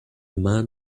man